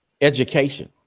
education